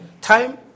Time